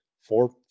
Four